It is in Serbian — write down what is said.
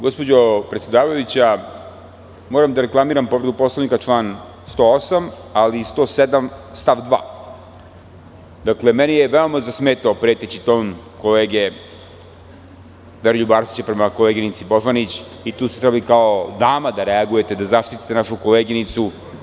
Gospođo predsedavajuća, moram da reklamiram povredu Poslovnika, član 108, ali i 107. stav 2. Dakle, meni je veoma zasmetao preteći ton kolege Veroljuba Arsića prema koleginici Božanić i tu ste trebali kao dama da reagujete, da zaštite našu koleginicu.